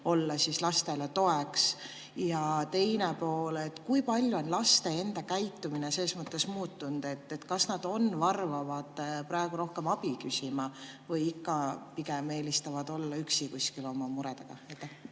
olla lastele toeks? Ja teine pool: kui palju on laste enda käitumine selles mõttes muutunud, et kas nad on varmad praegu rohkem abi küsima või ikka pigem eelistavad olla üksi kuskil oma muredega?